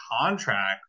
contract